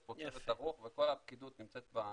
יש פה צוות ערוך וכל הפקידות נמצאת בזום,